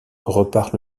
repart